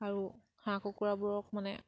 আৰু হাঁহ কুকুৰাবোৰক মানে